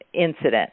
incident